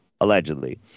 allegedly